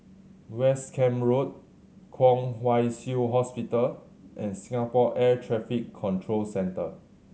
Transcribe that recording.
West Camp Road Kwong Wai Shiu Hospital and Singapore Air Traffic Control Centre